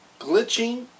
glitching